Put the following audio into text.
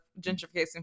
gentrification